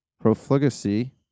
profligacy